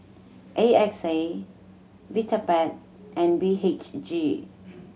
A X A Vitapet and B H G